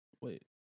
Wait